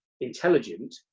intelligent